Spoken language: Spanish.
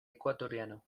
ecuatoriano